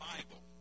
Bible